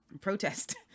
protest